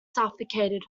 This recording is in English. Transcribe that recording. suffocated